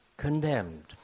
Condemned